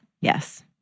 Yes